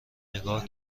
نگاه